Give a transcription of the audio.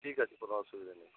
ঠিক আছে কোনো অসুবিধা নেই